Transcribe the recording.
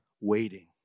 waiting